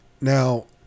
Now